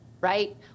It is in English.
right